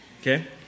okay